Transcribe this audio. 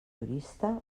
jurista